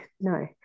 no